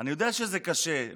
יודע שזה קשה,